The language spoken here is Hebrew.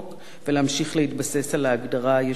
ולהמשיך להתבסס על ההגדרה הישנה,